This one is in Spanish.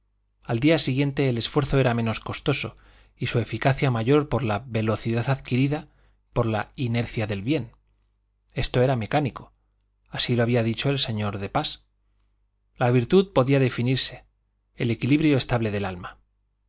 al día siguiente el esfuerzo era menos costoso y su eficacia mayor por la velocidad adquirida por la inercia del bien esto era mecánico así lo había dicho el señor de pas la virtud podía definirse el equilibrio estable del alma